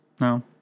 No